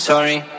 Sorry